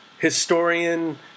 historian